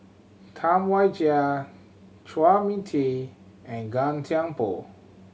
Tam Wai Jia Chua Mia Tee and Gan Thiam Poh